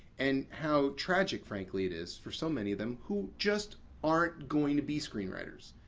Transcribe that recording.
and how tragic, frankly, it is for so many of them who just aren't going to be screenwriters.